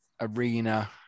arena